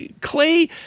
Clay